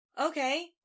Okay